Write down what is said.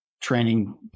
training